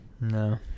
no